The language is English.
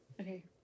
Okay